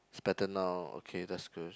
she better now okay that's good